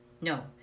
No